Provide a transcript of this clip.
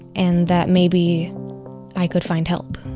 and that maybe i could find help